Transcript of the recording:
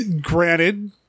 granted